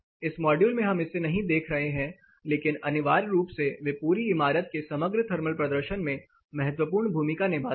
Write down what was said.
इस मॉड्यूल में हम इसे नहीं देख रहे हैं लेकिन अनिवार्य रूप से वे पूरी इमारत के समग्र थर्मल प्रदर्शन में महत्वपूर्ण भूमिका निभाते हैं